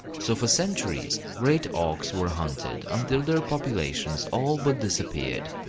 so for centuries great auks were hunted, until their populations all but disappeared.